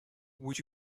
would